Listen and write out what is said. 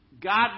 God